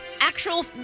Actual